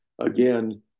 again